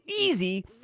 easy